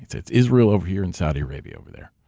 it's it's israel over here and saudi arabia over there.